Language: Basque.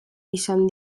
izan